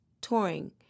touring